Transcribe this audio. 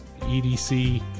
EDC